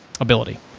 ability